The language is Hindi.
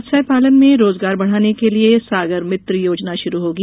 मत्स्य पालन मेँ रोजगार बढ़ाने के लिये सागर मित्र योजना शुरू होगी